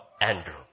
Andrew